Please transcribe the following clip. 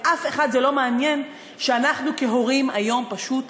את אף אחד זה לא מעניין שאנחנו כהורים כיום פשוט